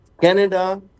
canada